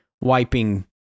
wiping